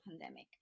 pandemic